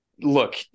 look